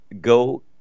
go